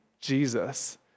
Jesus